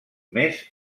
més